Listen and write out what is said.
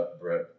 Brett